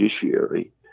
judiciary